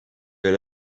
gars